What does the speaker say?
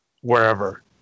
wherever